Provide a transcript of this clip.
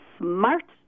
smart